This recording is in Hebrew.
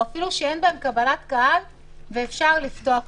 או שאין בהם קבלת קהל ואפשר לפתוח אותם.